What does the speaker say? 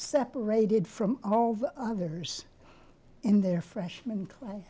separated from all the others in their freshman cla